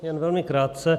Jen velmi krátce.